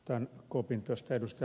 otan kopin tuosta ed